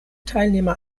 teilnehmer